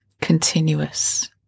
continuous